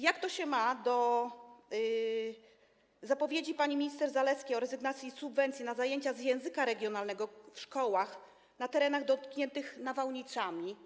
Jak to się ma do zapowiedzi pani minister Zalewskiej o rezygnacji z subwencji na zajęcia z języka regionalnego w szkołach na terenach dotkniętych nawałnicami?